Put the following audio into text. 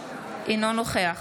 אינו נוכח